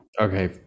Okay